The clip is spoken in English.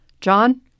John